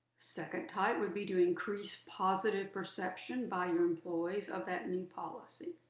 second type would be to increase positive perception by your employees of that new policy.